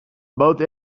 both